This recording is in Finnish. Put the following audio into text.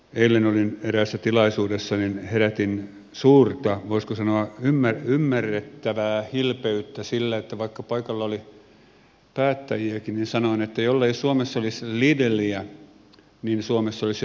eilen olin eräässä tilaisuudessa ja herätin suurta voisiko sanoa ymmärrettävää hilpeyttä sillä että vaikka paikalla oli päättäjiäkin niin sanoin että jollei suomessa olisi lidliä niin suomessa olisi jo ruokakapina